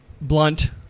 blunt